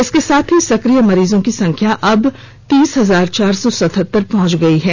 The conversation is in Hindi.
इसके साथ ही सकिय मरीजों की संख्या अब तीस हजार चार सौ सतहत्तर पहुंच गई है